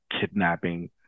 kidnapping